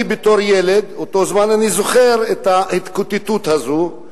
בתור ילד באותו זמן, אני זוכר את ההתקוטטות הזאת,